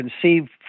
conceived